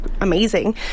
amazing